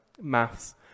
maths